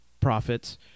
profits